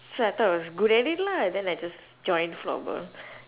so I thought I was good at it lah then I just join floorball